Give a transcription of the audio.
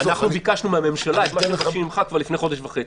אנחנו ביקשנו מהממשלה את מה שביקשנו ממך כבר לפני חודש וחצי.